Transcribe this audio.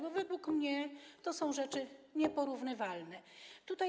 Bo według mnie to są rzeczy nieporównywalne.